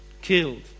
Killed